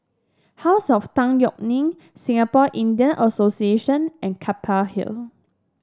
House of Tan Yeok Nee Singapore Indian Association and Keppel Hill